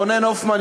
רונן הופמן,